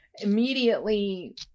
immediately